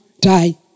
die